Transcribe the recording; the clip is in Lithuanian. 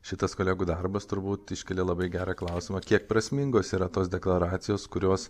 šitas kolegų darbas turbūt iškelia labai gerą klausimą kiek prasmingos yra tos deklaracijos kurios